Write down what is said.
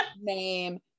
name